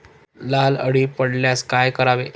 लाल अळी पडल्यास काय करावे?